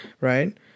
right